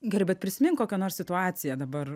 gerai bet prisimink kokią nors situaciją dabar